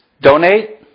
Donate